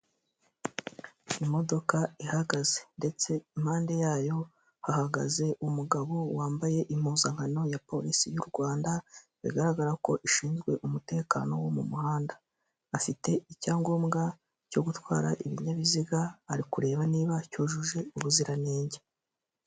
Imodoka ihagaze ndetse impande yayo hahagaze umugabo wambaye impuzankano ya Police y'u Rwanda, bigaragara ko ishinzwe umutekano wo mu muhanda. Afite icyangombwa cyo gutwara ibinyabiziga ari kureba niba cyujuje ubuziranenge.